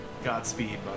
Godspeed